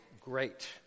great